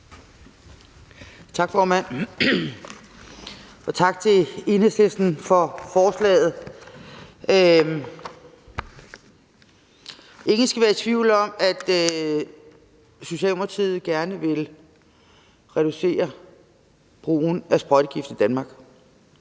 Tak, formand, og tak til Enhedslisten for forslaget. Ingen skal være i tvivl om, at Socialdemokratiet gerne vil reducere brugen af sprøjtegifte i Danmark.